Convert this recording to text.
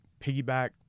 Piggyback